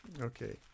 Okay